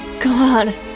God